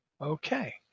Okay